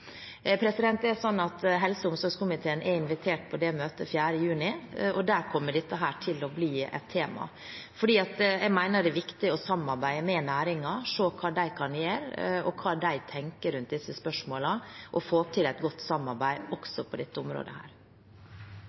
Helse- og omsorgskomiteen er invitert på det møtet den 4. juni, og der kommer dette til å bli et tema. Jeg mener det er viktig å samarbeide med næringen, se hva de kan gjøre, og hva de tenker rundt disse spørsmålene, og få til et godt samarbeid også på dette området.